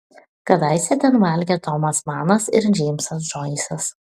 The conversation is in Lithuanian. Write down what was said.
kadaise ten valgė tomas manas ir džeimsas džoisas